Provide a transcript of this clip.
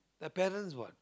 the parents what